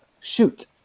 shoot